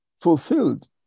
fulfilled